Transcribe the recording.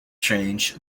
change